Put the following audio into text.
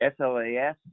SLAS